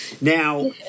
Now